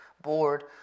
bored